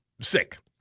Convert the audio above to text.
sick